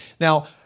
Now